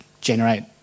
generate